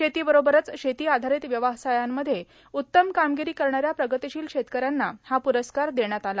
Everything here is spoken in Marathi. शेतीबरोबरच शेती आधारित व्यवसायांमध्ये उत्तम कामगिरी करणाऱ्या प्रगतिशील शेतकऱ्यांना हा पुरस्कार देण्यात आला